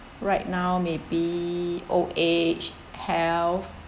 right now maybe old age health